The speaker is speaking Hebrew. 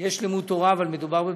יש לימוד תורה, אבל מדובר בבית-כנסת.